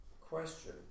question